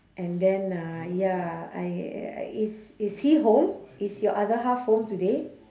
and then uh ya I I is is he home is your other half home today